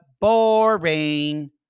Boring